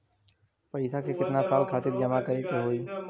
पैसा के कितना साल खातिर जमा करे के होइ?